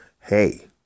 hey